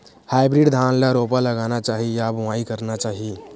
Hybrid धान ल रोपा लगाना चाही या बोआई करना चाही?